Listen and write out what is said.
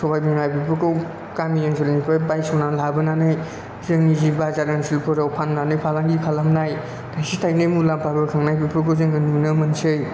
सबायबिमा बेफोरखौ गामि ओनसोलनिफ्राय बाइस'नानै लाबोनानै जोंनि जि बाजार ओनसोलफोराव फाननानै फालांगि खालामनाय थाइसे थाइनै मुलाम्फा बोखांनायफोरखौबो जोङो नुनो मोनसै